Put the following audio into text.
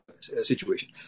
Situation